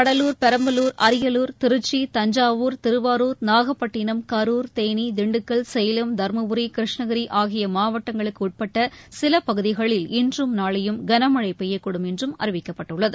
கடலூர் பெரம்பலூர் அரியலூர் திருச்சி தஞ்சாவூர் திருவாரூர் நாகப்பட்டினம் கரூர் தேனி திண்டுக்கல் சேலம் தர்மபுரி கிருஷ்ணகிரி ஆகிய மாவட்டங்களுக்கு உட்பட்ட சில பகுதிகளில் இன்றும் நாளையும் கனமழை பெய்யக்கூடும் என்றும் தெரிவிக்கப்பட்டுள்ளது